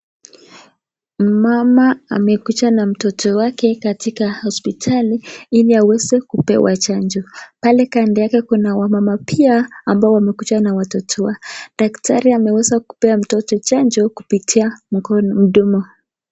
Mama amekuja na mtoto wake katika hospitali ili aweze kupewa chanjo. Pale kando yake kuna wamama pia ambao wamekuja na watoto wao. Daktari ameweza kumpea mtoto chanjo kupitia mdomo.